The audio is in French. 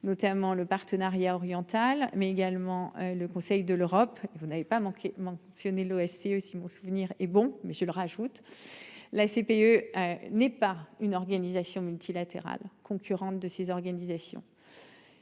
notamment le partenariat oriental mais également le Conseil de l'Europe et vous n'avez pas manqué mentionné l'OSCE si mon souvenir est bon mais je le rajoute. La FCPE. N'est pas une organisation multilatérale concurrente de ces organisations.--